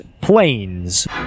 planes